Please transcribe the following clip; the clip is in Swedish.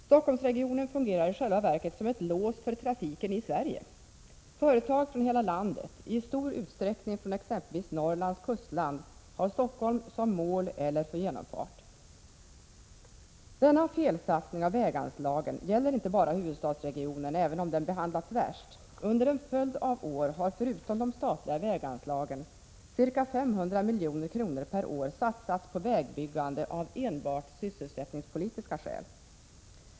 Stockholmsregionen fungerar i själva verket som ett lås för trafiken i Sverige. Företag från hela landet, i stor utsträckning från exempelvis Norrlands kustland, har Stockholm som mål eller begagnar regionen för genomfart. Denna felsatsning av väganslagen gäller inte bara huvudstadsregionen, även om den behandlats värst. Under en följd av år har förutom de statliga väganslagen ca 500 milj.kr. per år satsats på vägbyggande av enbart sysselsättningspolitiska skäl.